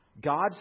God